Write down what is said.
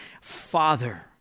father